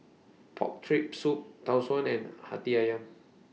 Pork Rib Soup Tau Suan and Hati Ayam